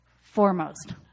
foremost